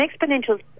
exponential